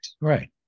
Right